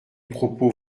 propos